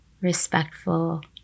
respectful